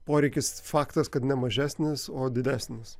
poreikis faktas kad ne mažesnis o didesnis